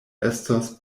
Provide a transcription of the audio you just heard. estos